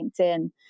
LinkedIn